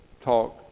talk